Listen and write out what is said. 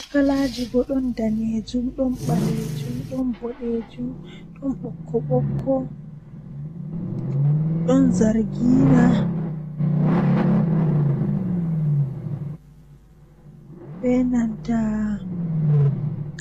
Taalel taalel jannata booyel, Woodi bingel feere don joodi haa nder suudu maako sei o laari nde o wailiti seo o laari dammugal feere kesum, Dammugal man bo waala no dum haa ton, Sei hunde man hilni mo masin o batti dammugal man nde o mabbiti sei o tawi dammugal man dum saare feere jei o andaa on.